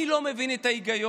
אני לא מבין את ההיגיון,